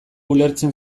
ulertzen